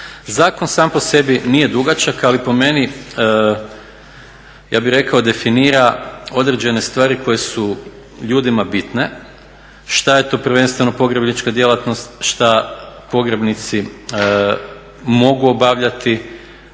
Zakon sam po sebi nije dugačak ali po meni ja bih rekao definira određene stvari koje su ljudima bitne. Što je to prvenstveno pogrebnička djelatnost, što pogrebnici mogu obavljati,